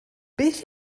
beth